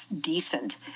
decent